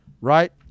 right